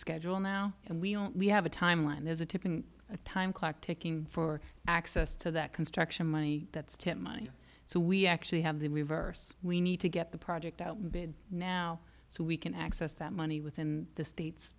schedule now and we don't we have a timeline there's a tipping a time clock ticking for access to that construction money that's to mine so we actually have the reverse we need to get the project out now so we can access that money within the states